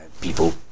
people